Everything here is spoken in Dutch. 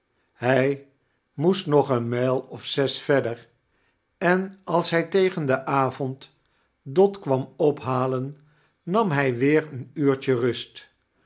hij moest nog een mijl of zes verder en als hij tegen den avond dot kwam ophaten nam hij weer een uurtje rust